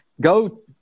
go